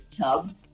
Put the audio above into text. tub